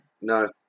No